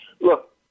Look